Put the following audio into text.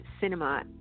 cinema